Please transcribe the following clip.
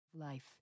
Life